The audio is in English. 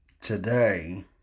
today